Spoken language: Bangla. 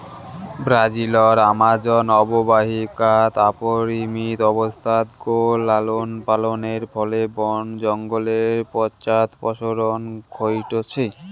ব্রাজিলর আমাজন অববাহিকাত অপরিমিত অবস্থাত গো লালনপালনের ফলে বন জঙ্গলের পশ্চাদপসরণ ঘইটছে